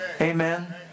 amen